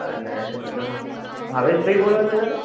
અને ભા ભાવેશ ભાઈ બોલો છો તમે